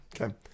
okay